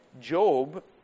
Job